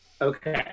Okay